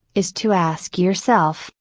is to ask yourself,